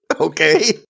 Okay